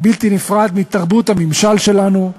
בלתי נפרד מתרבות הממשל שלנו,